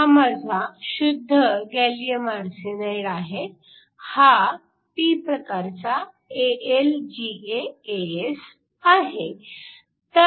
हा माझा शुद्ध गॅलीअम आरसेनाईड आहे हा p AlGaAs आहे